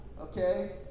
okay